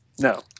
No